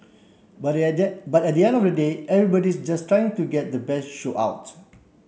but at the but at the end of the day everybody's just trying to get the best show out